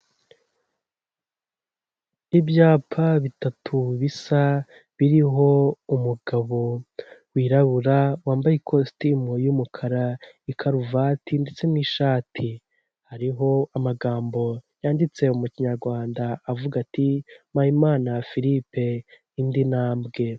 Ibyapa bitatu bisa, biriho umugabo wirabura, wambaye kositimu y'umukara, ikaruvati ndetse n'ishati. Hariho amagambo yanditse mu kinyarwanda avuga ati "Mpayimana Philippe indi ntambwe".